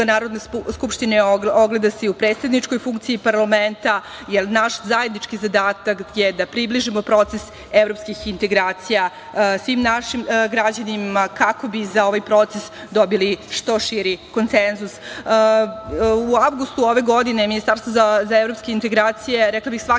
Narodne skupštine ogleda se i u predsedničkoj funkciji parlamenta, jer naš zajednički zadatak je da približimo proces evropskih integracija svim našim građanima kako bi za ovaj proces dobili što širi konsenzus.U avgustu ove godine Ministarstvo za evropske integracije, rekla bih, svake